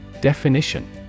Definition